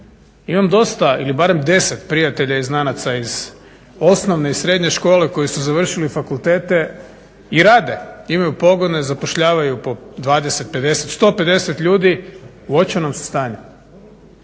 Imam dosta ili barem deset prijatelja i znanaca iz osnovne i srednje škole koji su završili fakultete i rade, imaju pogone, zapošljavaju po 20, 50, 150 ljudi. U očajnom su stanju.